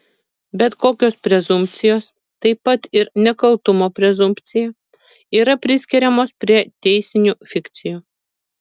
bet kokios prezumpcijos taip pat ir nekaltumo prezumpcija yra priskiriamos prie teisinių fikcijų